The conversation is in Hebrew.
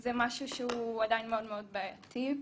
זה משהו שהוא עדיין מאוד-מאוד בעייתי.